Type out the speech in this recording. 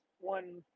one